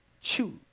choose